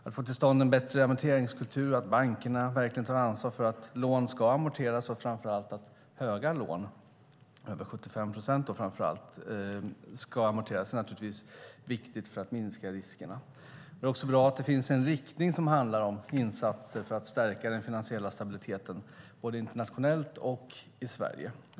Att få till stånd en bättre amorteringskultur och att bankerna verkligen tar ansvar för att höga lån, framför allt över 75 procent, ska amorteras är naturligtvis viktigt för att minska riskerna. Det är också bra att det finns en riktning som handlar om insatser för att stärka den finansiella stabiliteten, både internationellt och i Sverige.